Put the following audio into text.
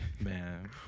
Man